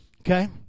okay